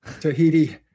Tahiti